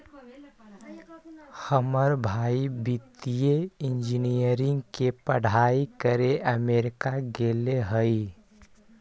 हमर भाई वित्तीय इंजीनियरिंग के पढ़ाई करे अमेरिका गेले हइ